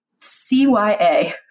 CYA